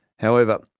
however,